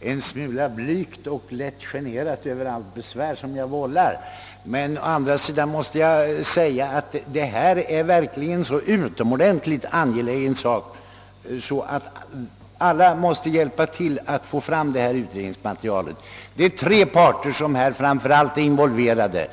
en smula blygt och lätt generat, för allt besvär jag vållar, men å andra sidan måste jag säga, att det här verkligen gäller en så utomordentligt angelägen sak att alla måste hjälpa till att få fram utredningsmaterialet. Det är tre parter som framför allt är involverade.